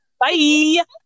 bye